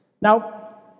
Now